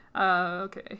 okay